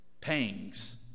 pangs